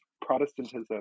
Protestantism